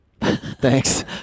Thanks